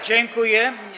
Dziękuję.